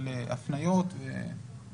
הוצע